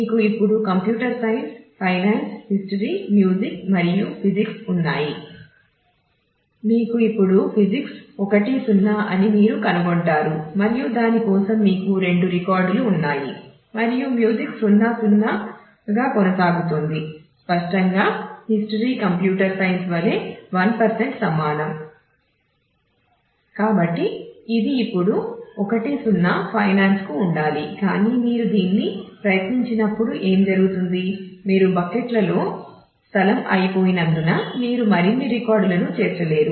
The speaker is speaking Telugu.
మీకు ఇప్పుడు ఫిజిక్స్కు ఉండాలి కానీ మీరు దీన్ని ప్రయత్నించినప్పుడు ఏమి జరుగుతుంది మీరు బకెట్లలో స్థలం అయిపోయినందున మీరు మరిన్ని రికార్డులను చేర్చలేరు